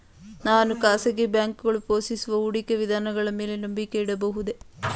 ನಾನು ಖಾಸಗಿ ಬ್ಯಾಂಕುಗಳು ಘೋಷಿಸುವ ಹೂಡಿಕೆ ವಿಧಾನಗಳ ಮೇಲೆ ನಂಬಿಕೆ ಇಡಬಹುದೇ?